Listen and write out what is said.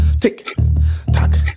tick-tock